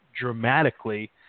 dramatically